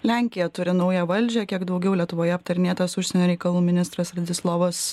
lenkija turi naują valdžią kiek daugiau lietuvoje aptarinėtas užsienio reikalų ministras radislovas